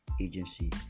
agency